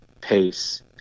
pace